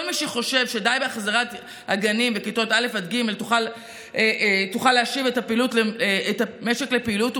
כל מי שחושב שהחזרת הגנים וכיתות א' ג' תוכל להשיב את המשק לפעילות הוא